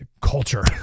culture